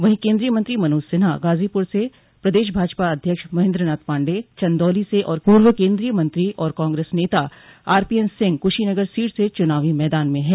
वहीं केन्द्रीय मंत्री मनोज सिन्हा गाजीपुर से प्रदेश भाजपा अध्यक्ष महेन्द्र नाथ पांडे चंदौली से और पूर्व केन्द्रीय मंत्री और कांग्रेस नेता आरपीएन सिंह कुशीनगर सीट से चुनावो मैदान में हैं